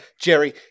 Jerry